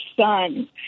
son